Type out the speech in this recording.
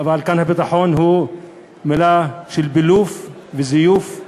אבל כאן הביטחון הוא מילה של בילוף וזיוף.